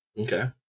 Okay